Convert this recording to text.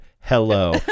hello